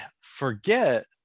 forget